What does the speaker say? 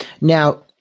Now